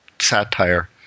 satire